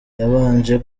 yabanje